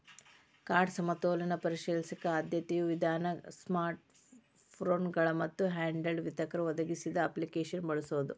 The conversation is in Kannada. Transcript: ಕಾರ್ಡ್ ಸಮತೋಲನ ಪರಿಶೇಲಿಸಕ ಆದ್ಯತೆಯ ವಿಧಾನ ಸ್ಮಾರ್ಟ್ಫೋನ್ಗಳ ಮತ್ತ ಹ್ಯಾಂಡ್ಹೆಲ್ಡ್ ವಿತರಕರ ಒದಗಿಸಿದ ಅಪ್ಲಿಕೇಶನ್ನ ಬಳಸೋದ